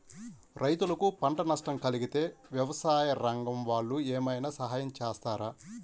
రైతులకు పంట నష్టం కలిగితే వ్యవసాయ రంగం వాళ్ళు ఏమైనా సహాయం చేస్తారా?